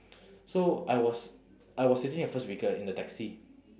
so I was I was sitting in the first vehicle in the taxi